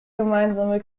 gemeinsame